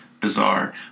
bizarre